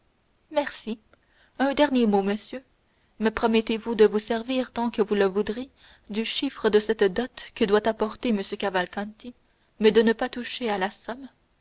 un dernier mot monsieur me promettez-vous de vous servir tant que vous le voudrez du chiffre de cette dot que doit apporter m cavalcanti mais de ne pas toucher à la somme